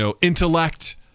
intellect